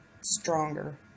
stronger